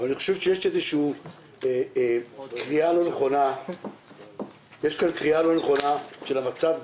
שיש איזו קריאה לא נכונה של המצב,